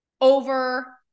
over